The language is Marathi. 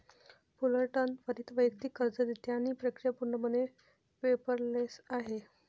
फुलरटन त्वरित वैयक्तिक कर्ज देते आणि प्रक्रिया पूर्णपणे पेपरलेस आहे